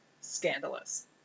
scandalous